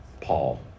Paul